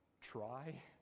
try